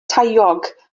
taeog